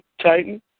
Titan